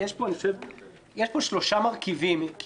יש פה שלושה מרכיבים.